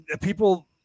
people